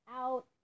out